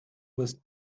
was